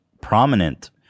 prominent